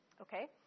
Okay